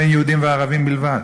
בין יהודים וערבים בלבד.